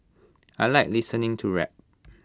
I Like listening to rap